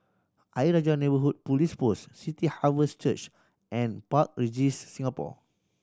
Ayer Rajah Neighbourhood Police Post City Harvest Church and Park Regis Singapore